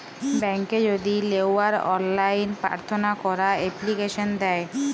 ব্যাংকে যদি লেওয়ার অললাইন পার্থনা ক্যরা এপ্লিকেশন দেয়